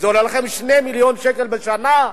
זה עולה לכם 2 מיליון שקל בשנה?